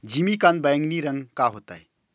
जिमीकंद बैंगनी रंग का होता है